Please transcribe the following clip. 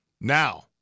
Now